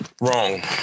wrong